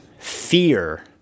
fear